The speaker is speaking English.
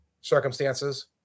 circumstances